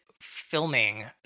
filming